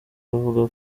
bavuga